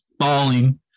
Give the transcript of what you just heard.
falling